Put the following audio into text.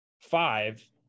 five